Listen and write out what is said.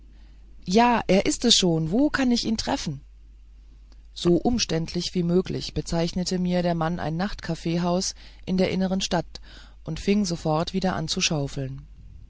ja er ist es schon wo kann ich ihn wohl treffen so umständlich wie möglich bezeichnete mir der mann ein nachtcafhaus in der inneren stadt und fing sofort wieder an zu schaufeln